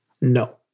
No